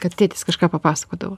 kad tėtis kažką papasakodavo